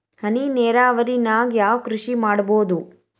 ಹನಿ ನೇರಾವರಿ ನಾಗ್ ಯಾವ್ ಕೃಷಿ ಮಾಡ್ಬೋದು?